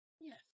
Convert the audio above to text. Yes